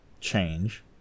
change